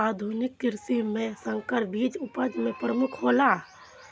आधुनिक कृषि में संकर बीज उपज में प्रमुख हौला